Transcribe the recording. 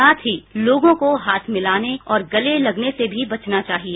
साथही लोगों को हाथ मिलाने और गले लगने से भी बचना चाहिए